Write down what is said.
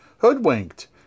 hoodwinked